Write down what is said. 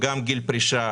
גם גיל הפרישה,